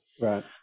right